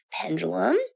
pendulum